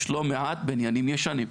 יש לא מעט בניינים ישנים.